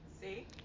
see